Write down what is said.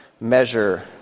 measure